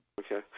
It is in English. Okay